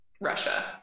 Russia